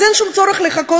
אז אין שום צורך לחכות,